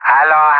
Hello